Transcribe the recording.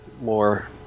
more